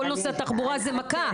כל נושא התחבורה זה מכה.